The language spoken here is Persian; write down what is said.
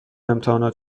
امتحانات